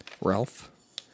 Ralph